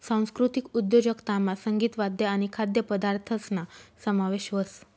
सांस्कृतिक उद्योजकतामा संगीत, वाद्य आणि खाद्यपदार्थसना समावेश व्हस